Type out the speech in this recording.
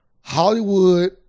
Hollywood